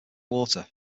water